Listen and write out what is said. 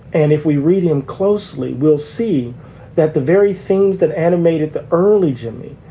and if we read him closely, we'll see that the very things that animated the early jimmy.